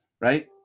right